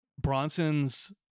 Bronson's